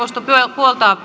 puoltaa